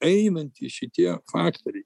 einantį šitie faktoriai